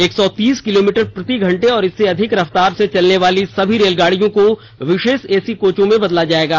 एक सौ तीस किलोमीटर प्रति घंटे और इससे अधिक रफ्तार से चलने वाली सभी रेलगाड़ियों को विशेष एसी कोचों में बदला जाएगा